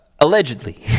Allegedly